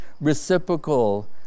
reciprocal